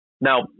Now